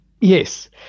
Yes